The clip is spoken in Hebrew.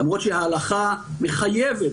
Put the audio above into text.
למרות שההלכה מחייבת,